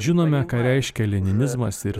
žinome ką reiškia leninizmas ir